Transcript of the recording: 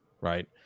right